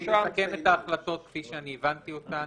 אני מסכם את ההחלטות כפי שאני הבנתי אותן.